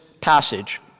passage